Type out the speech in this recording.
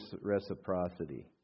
reciprocity